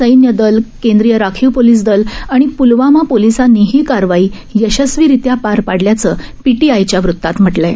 सैन्य दल केंद्रीय राखीव पोलीस दल आणि पूलवामा पोलिसांनी ही कारवाई यशस्वीरित्या पार पाडल्याचं पीटीआयच्या वृत्तात म्हटलं आहे